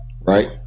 right